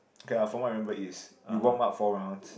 okay our formal I remember is you warm up four rounds